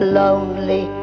lonely